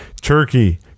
turkey